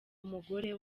umugore